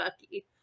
Bucky